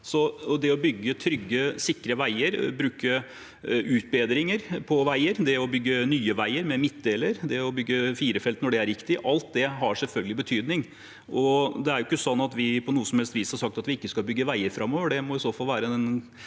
Det å bygge trygge, sikre veier, bruke utbedringer på veier, det å bygge nye veier med midtdeler, det å bygge firefelts når det er riktig – alt det har selvfølgelig betydning. Det er ikke sånn at vi på noe som helst vis har sagt at vi ikke skal bygge veier framover. Det må i så fall være en